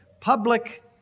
public